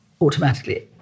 automatically